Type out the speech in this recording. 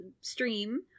stream